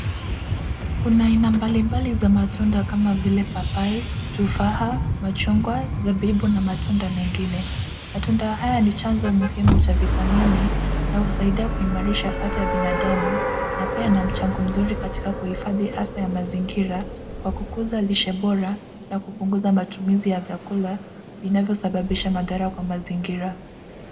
Kuna aina mbalimbali za matunda kama vile papai, tufaha, machungwa, zabibu na matunda mengine. Matunda haya ni chanzo muhimu cha vitamini na husaidia kuimarisha afya ya binadamu na pia na mchango mzuri katika kuhifadhi afya ya mazingira kwa kukuza lishe bora na kupunguza matumizi ya vyakula vinavyosababisha madhara kwa mazingira.